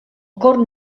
corn